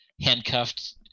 handcuffed